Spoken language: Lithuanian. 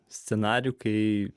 scenarijų kai